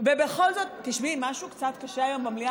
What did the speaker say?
ובכל זאת, תשמעי, משהו קצת קשה היום במליאה.